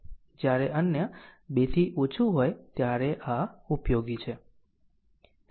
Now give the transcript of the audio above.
જ્યારે અન્ય 2 થી ઓછું હોય ત્યારે આ ઉપયોગી છે